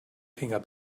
finger